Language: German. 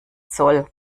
zoll